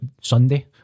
Sunday